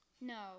No